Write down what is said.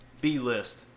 B-list